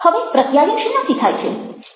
હવે પ્રત્યાયન શેનાથી થાય છે